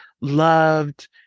loved